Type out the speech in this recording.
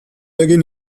egin